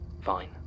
Fine